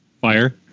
fire